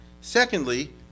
Secondly